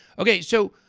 okay, so,